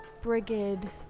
Brigid